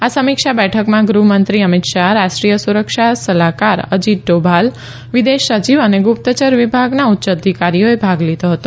આ સમીક્ષા બેઠકમાં ગૃહમંત્રી અમિત શાહ રાષ્ટ્રીય સુરક્ષા સલાહકાર અજીત ડોભાલ વિદેશ સચિવ અને ગુપ્તયર વિભાગના ઉચ્ય અધિકારીઓએ ભાગ લીધો હતો